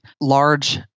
large